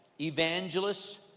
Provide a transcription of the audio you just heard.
evangelists